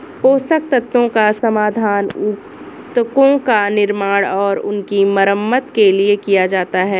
पोषक तत्वों का समाधान उत्तकों का निर्माण और उनकी मरम्मत के लिए किया जाता है